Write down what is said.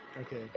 okay